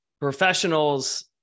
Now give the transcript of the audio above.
professionals